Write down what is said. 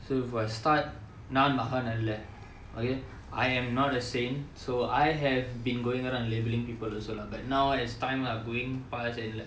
so for a start நான் மகான் அல்ல:naan magaan alla okay I am not a sane so I have been going around labeling people also lah but now as time lah going pass and like